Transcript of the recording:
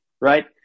right